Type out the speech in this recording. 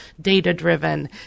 data-driven